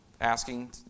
asking